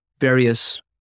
various